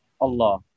Allah